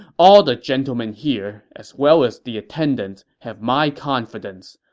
all the gentlemen here, as well as the attendants, have my confidence.